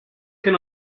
can